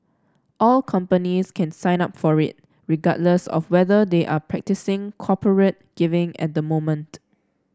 all companies can sign up for it regardless of whether they are practising corporate giving at the moment